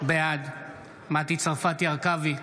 בעד מטי צרפתי הרכבי,